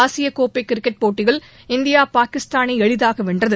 ஆசியக்கோப்பை கிரிக்கெட் போட்டியில் இந்தியா பாகிஸ்தானை எளிதாக வென்றது